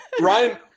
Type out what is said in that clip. Ryan